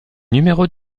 numéro